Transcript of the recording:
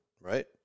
right